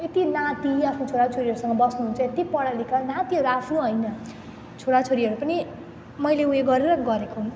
यति नाति आफ्नो छोराछोरीहरूसँग बस्नुहुन्छ यति पढालिखा नातिहरू आफ्नो होइन छोराछोरीहरू पनि मैले उयो गरेर गरेको